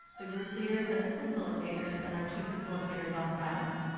the group leaders and the facilitators and our two facilitators on assignment.